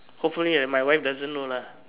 hopefully my wife doesn't know lah